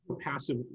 passive